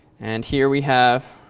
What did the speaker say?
and here we have